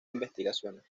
investigaciones